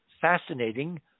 fascinating